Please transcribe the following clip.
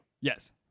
Yes